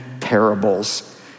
parables